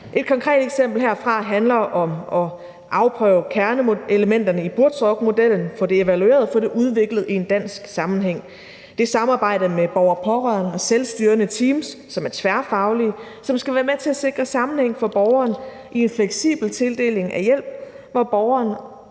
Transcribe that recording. Et konkret eksempel herfra handler om at afprøve kerneelementerne i Buurtzorgmodellen, få det evalueret og udviklet i en dansk sammenhæng. Det er også samarbejdet med borgere og pårørende og selvstyrende teams, som er tværfaglige, som skal være med til at sikre sammenhæng for borgeren i en fleksibel tildeling af hjælp, hvor borgeren